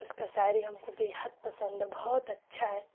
اس کا شاعری ہم کو بے حد پسند ہے بہت اچھا ہے